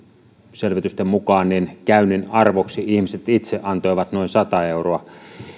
selvitysten mukaan käynnin arvoksi ihmiset itse antoivat noin sata euroa